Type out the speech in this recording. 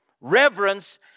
reverence